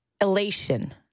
elation